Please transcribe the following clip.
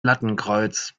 lattenkreuz